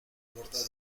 borda